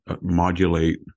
modulate